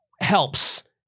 helps